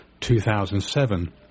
2007